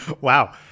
Wow